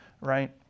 right